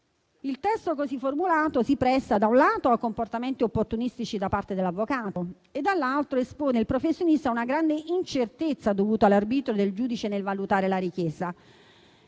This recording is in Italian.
Il testo così formulato si presta, da un lato, a comportamenti opportunistici da parte dell'avvocato e, dall'altro, espone il professionista a una grande incertezza dovuta all'arbitrio del giudice nel valutare la richiesta.